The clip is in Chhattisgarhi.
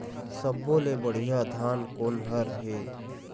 सब्बो ले बढ़िया धान कोन हर हे?